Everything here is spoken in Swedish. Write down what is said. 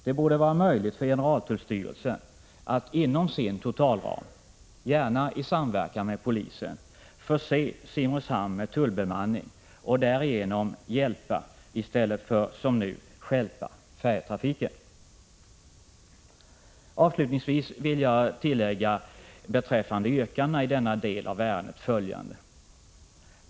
Det borde vara möjligt för generaltullstyrelsen att inom sin totalram — gärna i samverkan med polisen — förse Simrishamn med tullbemanning och därigenom hjälpa i stället för att som nu stjälpa färjetrafiken. Avslutningsvis vill jag beträffande yrkandena i denna del av ärendet tillägga följande.